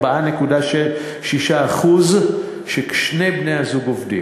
4.6% כששני בני-הזוג עובדים.